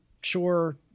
sure